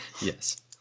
yes